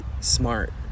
smart